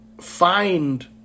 find